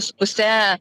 su puse